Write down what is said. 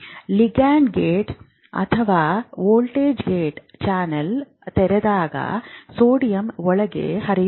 ligand gated ಅಥವಾ voltage gated channel ತೆರೆದಾಗ sodium ಒಳಗೆ ಹರಿಯುತ್ತದೆ